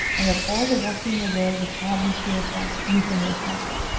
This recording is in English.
and that all the washing in the world will hardly purify you from their contact.